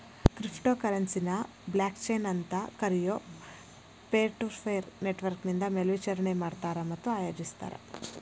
crypto ಕರೆನ್ಸಿನ blockchain ಅಂತ್ ಕರಿಯೊ ಪೇರ್ಟುಪೇರ್ ನೆಟ್ವರ್ಕ್ನಿಂದ ಮೇಲ್ವಿಚಾರಣಿ ಮಾಡ್ತಾರ ಮತ್ತ ಆಯೋಜಿಸ್ತಾರ